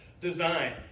design